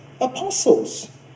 apostles